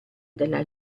della